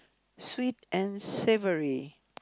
sweet and savoury